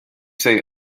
say